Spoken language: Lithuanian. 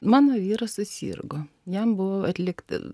mano vyras susirgo jam buvo atlikta